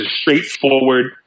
straightforward